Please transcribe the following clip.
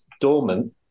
dormant